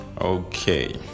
Okay